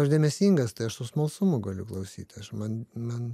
aš dėmesingas tai aš su smalsumu galiu klausyt tai aš man man